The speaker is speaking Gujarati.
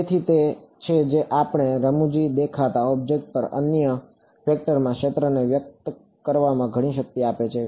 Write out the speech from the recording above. તેથી તે તે છે જે કોઈપણ રમુજી દેખાતા ઑબ્જેક્ટ પર અન્ય વેક્ટરમાં ક્ષેત્રને વ્યક્ત કરવામાં ઘણી શક્તિ આપે છે